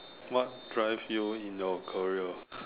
what drives you in your career